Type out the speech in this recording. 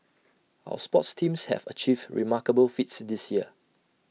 our sports teams have achieved remarkable feats this year